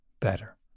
better